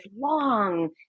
long